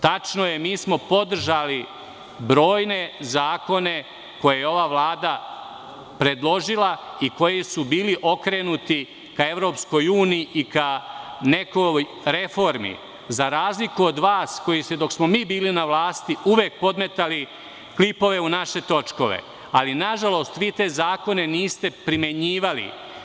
Tačno je, mi smo podržali brojne zakone koje je ova vlada predložila i koji su bili okrenuti ka EU i ka nekoj reformi, za razliku od vas koji ste dok smo mi bili na vlasti uvek podmetali klipove u naše točkove, ali nažalost vi te zakone niste primenjivali.